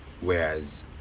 Whereas